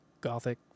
gothic